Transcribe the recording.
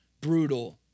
brutal